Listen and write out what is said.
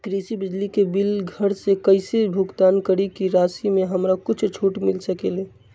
कृषि बिजली के बिल घर से कईसे भुगतान करी की राशि मे हमरा कुछ छूट मिल सकेले?